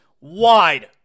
wide